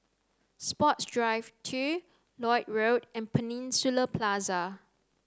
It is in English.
Sports Drive two Lloyd Road and Peninsula Plaza